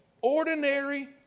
ordinary